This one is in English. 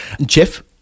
Jeff